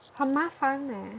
很麻烦 eh